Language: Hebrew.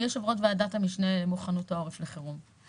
אני יושבת-ראש ועדת המשנה למוכנות העורף לחירום.